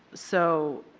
so,